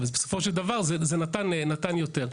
אבל בסופו של דבר, זה נתן יותר.